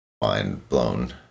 mind-blown